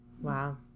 Wow